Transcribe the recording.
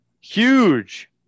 Huge